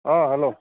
अ hello